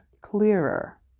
clearer